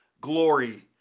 glory